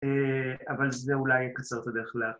‫אבל זה אולי יקצר את הדרך ל-..